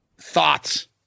Thoughts